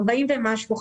בגיל 40 ומשהו,